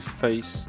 face